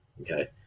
Okay